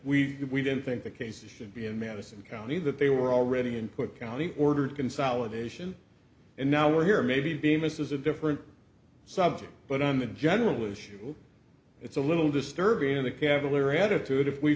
we didn't think the cases should be in madison county that they were already in put county ordered consolidation and now we're here maybe bemis is a different subject but on the general issue it's a little disturbing in the cavalier attitude if we